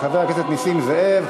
של חבר הכנסת נסים זאב.